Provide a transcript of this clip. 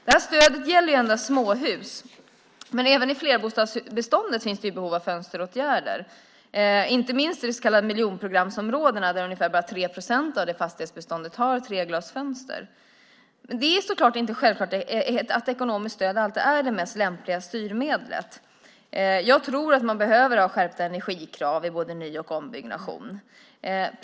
Detta stöd gäller ju endast småhus, men det finns behov av fönsteråtgärder också i flerbostadsbeståndet, inte minst i de så kallade miljonprogramsområdena där bara omkring 3 procent av fastighetsbeståndet har treglasfönster. Det är naturligtvis inte självklart att ekonomiskt stöd alltid är det mest lämpliga styrmedlet. Jag tror att man behöver ha skärpta energikrav i både ny och ombyggnation.